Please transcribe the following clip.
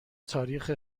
تاریخ